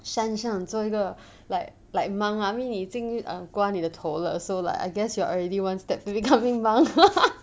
山上做一个 like like monk ah I mean 你已经 um 刮你的头了 so like I guess you are already one step to becoming monk